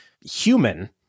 human